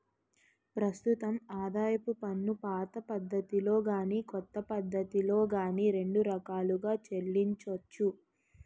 ప్రస్తుతం ఆదాయపు పన్నుపాత పద్ధతిలో గాని కొత్త పద్ధతిలో గాని రెండు రకాలుగా చెల్లించొచ్చు